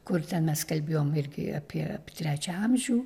kur ten mes kalbėjom irgi apie trečią amžių